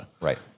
Right